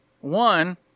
One